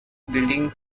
building